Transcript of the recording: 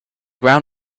ground